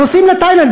נוסעים לתאילנד,